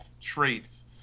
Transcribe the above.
traits